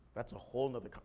that's a whole nother,